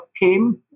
came